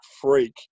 freak